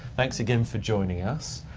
thanks again for joining us.